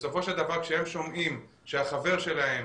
בסופו של דבר כשהם שומעים שהחבר שלהם